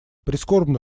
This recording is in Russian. прискорбно